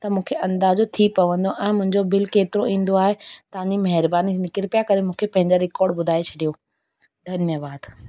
त मूंखे अंदाज़ो थी पवंदो ऐं मुंहिंजो बिल केतिरो ईंदो आहे तव्हांजी महिरबानी थींदी कृपया करे मूंखे पंहिंजा रिकॉर्ड ॿुधाए छॾियो धन्यवाद